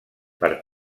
per